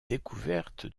découverte